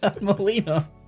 Melina